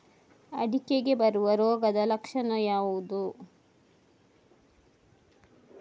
ಅಡಿಕೆಗೆ ಬರುವ ರೋಗದ ಲಕ್ಷಣ ಯಾವುದು?